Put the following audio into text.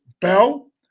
Bell